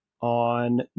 on